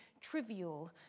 trivial